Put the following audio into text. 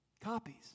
Copies